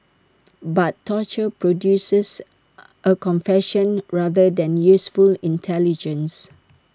but torture produces A confession rather than useful intelligence